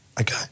Okay